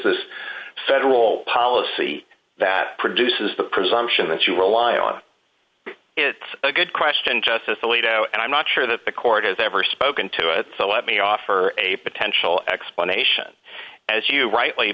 this federal policy that produces the presumption that you rely on it's a good question justice alito and i'm not sure that the court has ever spoken to it so let me offer a potential explanation as you rightly